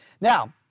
Now